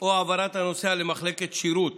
או העברת הנוסע למחלקת שירות